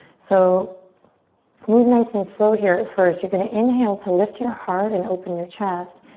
so move nice and slow here at first. you're going to inhale to lift your heart and open your chest.